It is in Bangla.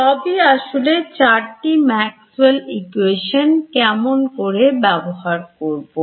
সবই আসলে চারটি Maxwells ইকোয়েশনকেমন করে ব্যবহার করব